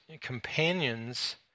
companions